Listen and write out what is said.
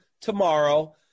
tomorrow